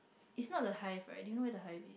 it's not the hive right do you know where the hive